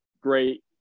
great